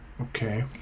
Okay